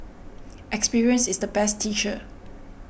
experience is the best teacher